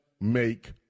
make